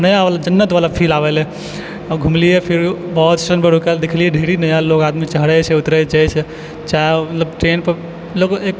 नहि होलै जन्नतवला फिल आबि गेलै आओर घुमलियै फिर ढ़ेरिक नया लोग नया आदमी चढ़ै छै उतरै छै चाय मतलब ट्रेनपर लोक एक